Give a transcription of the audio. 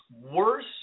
worse